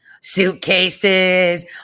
Suitcases